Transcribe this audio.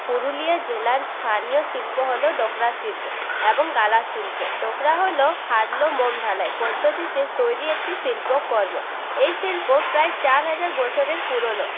পুরুলিয়া জেলার স্থানীয় শিল্প হল ডোকরা শিল্প এবং গালা শিল্প ডোকরা হল হারলো মোম ঢালাই পদ্ধতিতে তৈরি একটি শিল্পকর্ম এই শিল্প প্রায় চার হাজার বছরের পুরনো